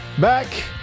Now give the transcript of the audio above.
Back